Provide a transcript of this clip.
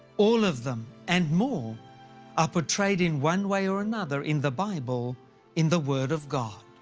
all of them and more are portrayed in one way or another in the bible in the word of god.